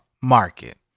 market